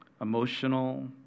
emotional